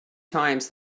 times